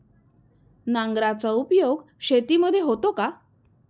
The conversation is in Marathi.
नांगराचा उपयोग शेतीमध्ये होतो का?